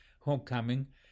homecoming